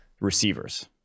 receivers